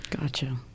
Gotcha